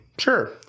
Sure